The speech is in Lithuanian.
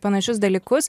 panašius dalykus